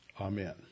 Amen